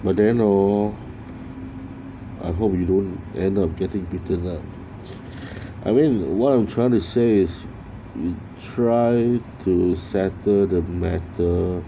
but then hor I hope you don't end up getting bitten lah I mean what I'm trying to say is try to settle the matter